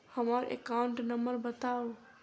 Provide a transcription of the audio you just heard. हम्मर account number बताऊ?